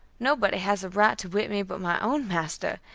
nobody has a right to whip me but my own master,